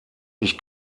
ich